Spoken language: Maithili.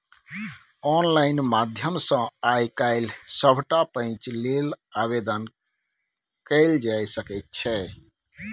आनलाइन माध्यम सँ आय काल्हि सभटा पैंच लेल आवेदन कएल जाए सकैत छै